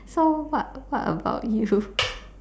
so what what about you